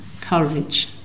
courage